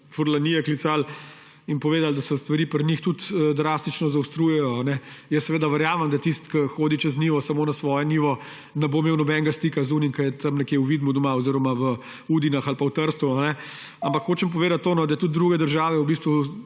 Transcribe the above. Furlanije klicali in so povedali, da se stvari pri njih tudi drastično zaostrujejo. Jaz seveda verjamem, da tisti, ki hodi čez mejo samo na svojo njivo, ne bo imel nobenega stika s tistim, ki je nekje v Vidmu doma oziroma v Udinah ali pa v Trstu, ampak hočem povedati to, da tudi druge države